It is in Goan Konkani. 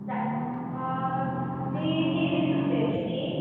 दी दी वीस रुपयाची दी